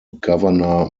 governor